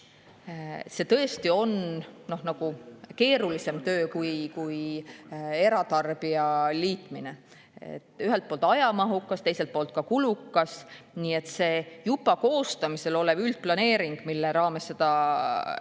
See tõesti on keerulisem töö kui eratarbija liitmine: ühelt poolt ajamahukas, teiselt poolt kulukas. Nii et see juba koostamisel olev üldplaneering, mille raames seda